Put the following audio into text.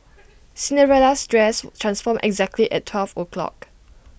Cinderella's dress transformed exactly at twelve o' clock